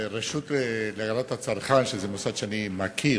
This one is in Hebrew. הרשות להגנת הצרכן, שזה מוסד שאני מכיר,